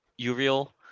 Uriel